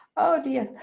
oh dear,